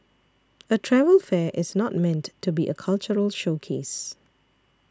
a travel fair is not meant to be a cultural showcase